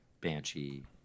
Banshee